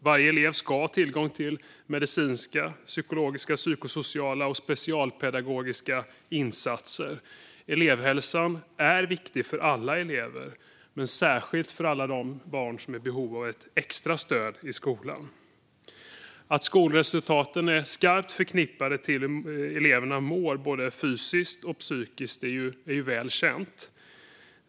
Varje elev ska ha tillgång till medicinska, psykologiska, psykosociala och specialpedagogiska insatser. Elevhälsan är viktig för alla elever, men särskilt för alla de barn som är i behov av ett extra stöd i skolan. Att skolresultaten är starkt förknippade med hur eleverna mår både fysiskt och psykiskt är väl känt.